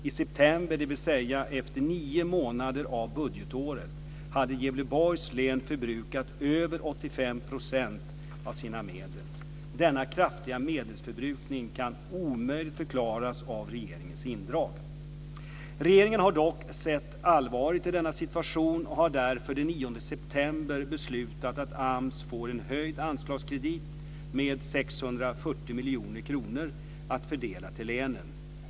I september, dvs. efter nio månader av budgetåret, hade Gävleborgs län förbrukat över 85 % av sina medel. Denna kraftiga medelsförbrukning kan omöjligt förklaras av regeringens indrag. Regeringen har dock sett allvaret i denna situation och har därför den 9 september beslutat att AMS får en höjd anslagskredit med 640 miljoner kronor att fördela till länen.